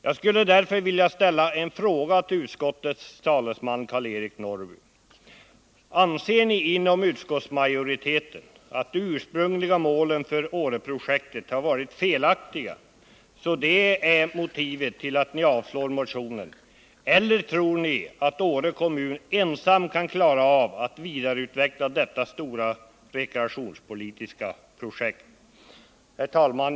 Jag skulle vilja ställa en fråga till utskottets talesman Karl-Eric Norrby: Anser utskottsmajoriteten att de ursprungliga målen för Åreprojektet har varit felaktiga och var detta motivet till att ni avstyrkte motionen, eller tror ni att Åre kommun ensam kan klara av att vidareutveckla detta stora rekreationspolitiska projekt? Herr talman!